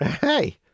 Hey